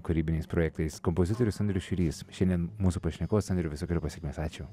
kūrybiniais projektais kompozitorius andrius šiurys šiandien mūsų pašnekovas ir visokeriopos sėkmės ačiū